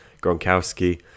Gronkowski